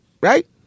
right